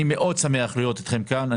אני מאוד שמח לראות אתכם כאן.